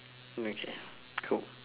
okay can cool